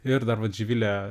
ir dar vat živilė